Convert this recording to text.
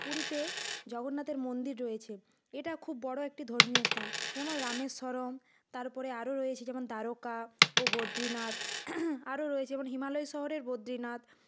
পুরীতে জগন্নাথের মন্দির রয়েছে এটা খুব বড়ো একটি ধর্মীয় স্থান যেমন রামেশ্বরম তারপরে আরও রয়েছে যেমন দ্বারকা ও বদ্রীনাথ আরও রয়েছে যেমন হিমালয় শহরের বদ্রীনাথ